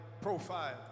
profile